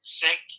sick